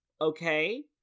okay